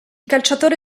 calciatore